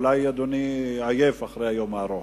אולי אדוני עייף אחרי היום הארוך.